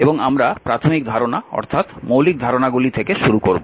এবং আমরা প্রাথমিক ধারণা অর্থাৎ মৌলিক ধারণাগুলি থেকে শুরু করব